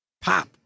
Pop